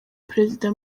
perezida